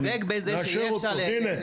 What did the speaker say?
הוא צודק בזה שאי אפשר --- הנה,